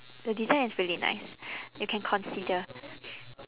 the design is really nice you can consider